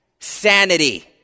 Sanity